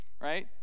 right